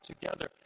together